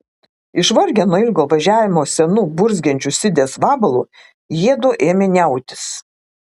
išvargę nuo ilgo važiavimo senu burzgiančiu sidės vabalu jiedu ėmė niautis